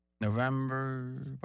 November